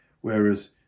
Whereas